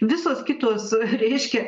visos kitos reiškia